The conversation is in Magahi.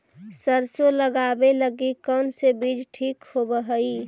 सरसों लगावे लगी कौन से बीज ठीक होव हई?